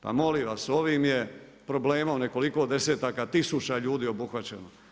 Pa molim vas, ovim je problemom nekoliko desetaka tisuća ljudi obuhvaćeno.